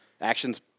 Action's